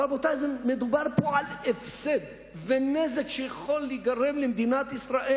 רבותי, מדובר פה על הפסד ונזק של מיליארדי שקלים